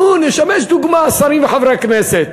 נו, נשמש דוגמה, השרים וחברי הכנסת.